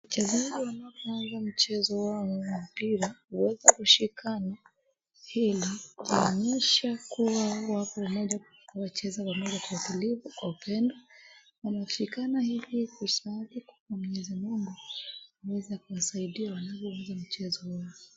Wachazaji wanapoanza mchezo wao wa mpira, huweza kushikana ili waonyeshe kuwa wako pamoja kucheza pamoja kwa utulivu, kwa upendo. Wanashikana hivi kusali kwa mwenyezi Mungu aweze kuwasaidia wanapoanza mchezo wao.